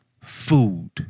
food